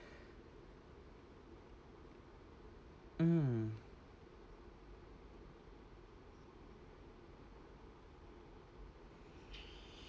mm